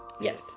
Yes